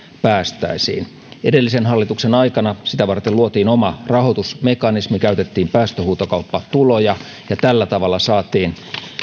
päästäisiin edellisen hallituksen aikana sitä varten luotiin oma rahoitusmekanismi käytettiin päästöhuutokauppatuloja ja tällä tavalla saatiin